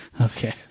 Okay